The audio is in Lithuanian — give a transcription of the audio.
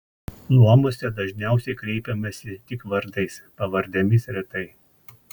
luomuose dažniausiai kreipiamasi tik vardais pavardėmis retai